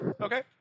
Okay